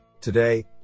Today